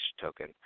token